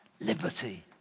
liberty